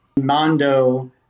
Mondo